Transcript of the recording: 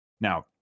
Now